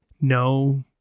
no